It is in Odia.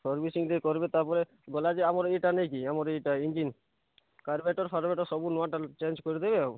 ସର୍ଭିସିଂ ଟିକେ କରିବେ ତା'ପରେ ଗଲା ଯେ ଆମର ଏଇଟା ନେଇକି ଇଏ ଆମର ଇଞ୍ଜିନ୍ କାର୍ବାଇଟର୍ ଫାର୍ବାଇଟର୍ ସବୁ ନୂଆଟା ଚେଞ୍ଜ୍ କରିଦେବେ ଆଉ